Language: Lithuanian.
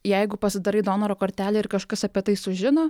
jeigu pasidarai donoro kortelę ir kažkas apie tai sužino